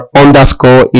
underscore